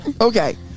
okay